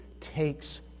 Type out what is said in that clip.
Takes